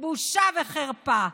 בושה וחרפה.